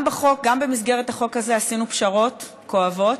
גם במסגרת החוק הזה עשינו פשרות כואבות,